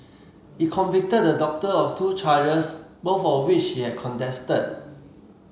it convicted the doctor of two charges both of which he had contested